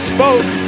Spoke